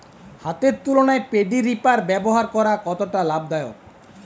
হাতের তুলনায় paddy reaper ব্যবহার কতটা লাভদায়ক?